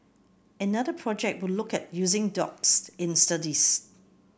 another project will look at using dogs in studies